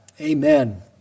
Amen